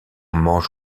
mange